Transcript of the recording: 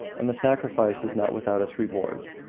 and the sacrifice is not without its reward.